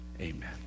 Amen